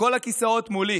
כל הכיסאות מולי